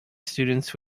students